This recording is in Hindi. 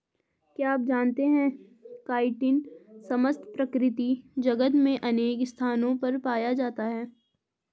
क्या आप जानते है काइटिन समस्त प्रकृति जगत में अनेक स्थानों पर पाया जाता है?